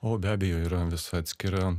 o be abejo yra visa atskira